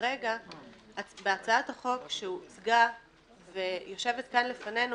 כרגע בהצעת החוק שהוצגה ויושבת כאן לפנינו,